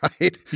right